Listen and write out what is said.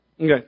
Okay